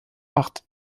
acht